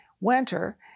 winter